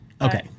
Okay